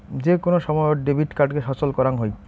যে কোন সময়ত ডেবিট কার্ডকে সচল করাং হই